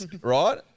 right